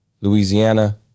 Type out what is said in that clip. Louisiana